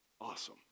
awesome